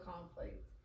conflict